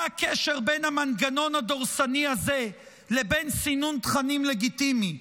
מה הקשר בין המנגנון הדורסני הזה לבין סינון תכנים לגיטימי?